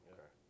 Okay